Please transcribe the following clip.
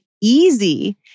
easy